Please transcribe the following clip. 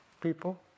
people